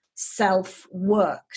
self-work